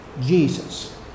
Jesus